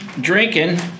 drinking